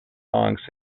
songs